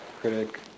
critic